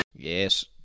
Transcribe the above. Yes